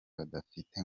badafite